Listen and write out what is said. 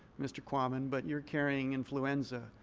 mr. quammen, but you're carrying influenza.